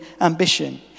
ambition